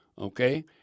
okay